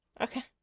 Okay